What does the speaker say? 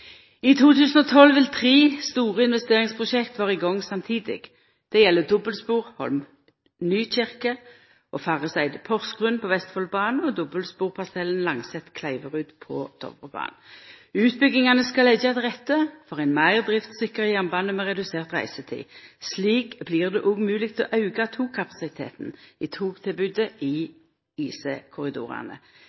I 2012 vil tre store investeringsprosjekt vera i gang samstundes. Det gjeld dobbeltspor Holm–Nykirke og Farriseidet–Porsgrunn på Vestfoldbanen, og dobbeltsporparsellen Langset–Kleiverud på Dovrebanen Utbyggingane skal leggja til rette for ein meir driftssikker jernbane med redusert reisetid. Slik blir det òg mogleg å auka togkapasiteten i togtilbodet i